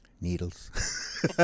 Needles